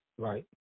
right